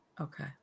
Okay